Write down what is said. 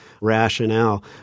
rationale